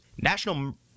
national